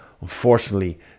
Unfortunately